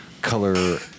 color